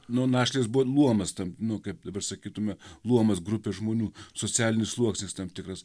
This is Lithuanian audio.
nu našlės buvo luomas tam nu kaip dabar sakytume luomas grupė žmonių socialinis sluoksnis tam tikras